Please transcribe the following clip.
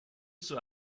zur